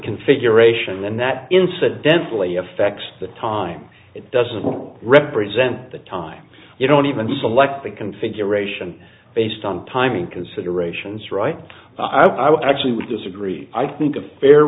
configuration and that incidentally affects the time it doesn't represent the time you don't even select the configuration based on timing considerations right i would actually we disagree i think a fair